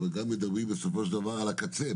אבל גם מדברים בסופו של דבר על הקצה,